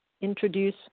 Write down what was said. introduce